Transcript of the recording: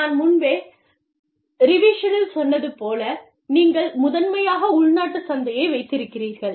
நான் முன்பே ரிவிஷனில் சொன்னது போல நீங்கள் முதன்மையாக உள்நாட்டுச் சந்தையை வைத்திருக்கிறீர்கள்